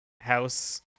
house